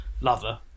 lover